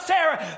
Sarah